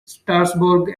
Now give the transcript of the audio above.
strasbourg